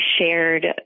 shared